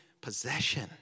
possession